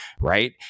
Right